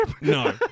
no